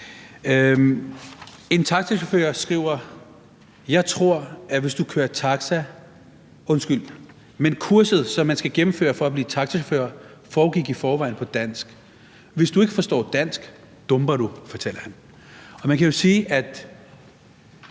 En taxachauffør skriver: Men kurset, som man skal gennemføre for at blive taxachauffør, foregik i forvejen på dansk. Hvis du ikke forstår dansk, dumper du. Man kan jo sige, og